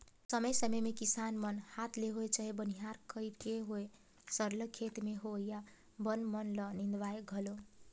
समे समे में किसान मन हांथ ले होए चहे बनिहार कइर के होए सरलग खेत में होवइया बन मन ल निंदवाथें घलो